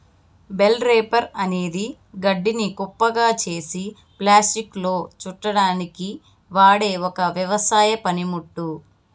bale wrapper అనేది గడ్డిని కుప్పగా చేసి ప్లాస్టిక్లో చుట్టడానికి వాడె ఒక వ్యవసాయ పనిముట్టు